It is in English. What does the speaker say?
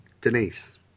Denise